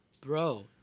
bro